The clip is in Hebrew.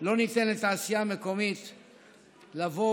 לא ניתן לתעשייה מקומית להיסגר.